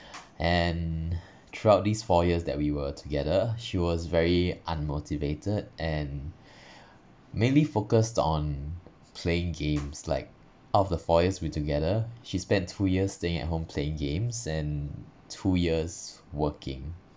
and throughout these four years that we were together she was very unmotivated and mainly focused on playing games like out of the four years we together she spent two years staying at home playing games and two years working